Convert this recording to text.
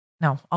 no